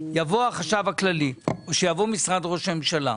יבוא החשב הכללי, שיבוא משרד ראש הממשלה,